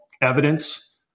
evidence